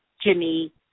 Jimmy